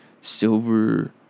silver